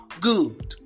good